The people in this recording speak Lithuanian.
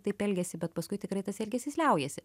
taip elgiasi bet paskui tikrai tas elgesys liaujasi